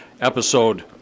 episode